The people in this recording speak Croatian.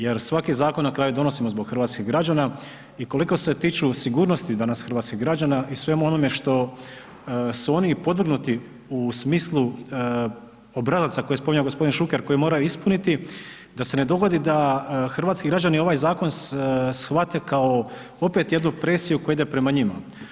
Jer svaki zakon na kraju donosimo zbog hrvatskih građana i koliko se tiču sigurnosti danas hrvatskih građana i svemu onome što su oni podvrgnuti u smislu obrazaca koje je spominjao gospodin Šuker koje moraju ispuniti, da se ne dogodi da hrvatski građani ovaj zakon shvate kao opet jednu presiju koja ide prema njima.